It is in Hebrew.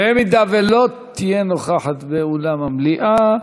אם לא תהיה נוכחת באולם המליאה,